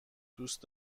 دوست